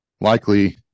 likely